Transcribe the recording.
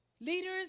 Leaders